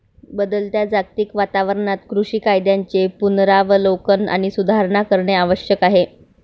बदलत्या जागतिक वातावरणात कृषी कायद्यांचे पुनरावलोकन आणि सुधारणा करणे आवश्यक आहे